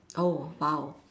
oh !wow!